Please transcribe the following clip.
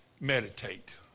meditate